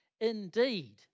indeed